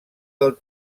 del